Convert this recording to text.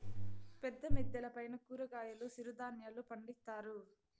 పెద్ద మిద్దెల పైన కూరగాయలు సిరుధాన్యాలు పండిత్తారు